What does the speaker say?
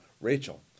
Rachel